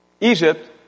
Egypt